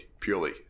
purely